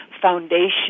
foundation